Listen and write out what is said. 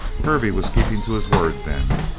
hervey was keeping to his word, then.